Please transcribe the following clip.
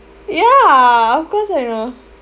ya of course I know